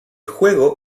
juego